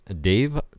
Dave